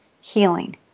healing